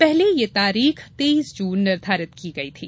पहुंचे यह तिथि तेईस जून निर्धारित की गई थी